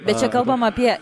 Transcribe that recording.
bet čia kalbame apie